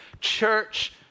church